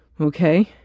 Okay